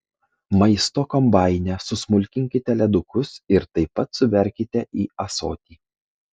maisto kombaine susmulkinkite ledukus ir taip pat suberkite į ąsotį